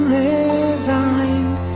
resigned